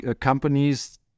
Companies